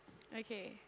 okay